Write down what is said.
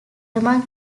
among